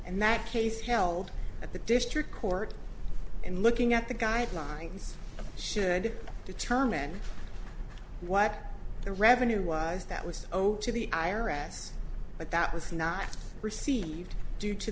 and that case held at the district court and looking at the guidelines should determine what the revenue was that was owed to the i r s but that was not received due to